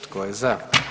Tko je za?